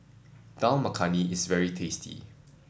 Dal Makhani is very tasty